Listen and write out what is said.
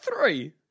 three